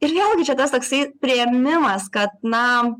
ir vėlgi čia tas toksai priėmimas kad na